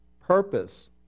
purpose